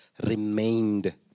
remained